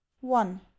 One